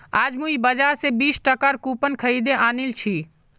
आज मुई बाजार स बीस टकार कूपन खरीदे आनिल छि